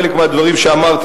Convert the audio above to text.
חלק מהדברים שאמרתי,